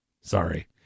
Sorry